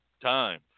time